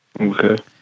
Okay